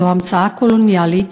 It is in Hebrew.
זו המצאה קולוניאלית.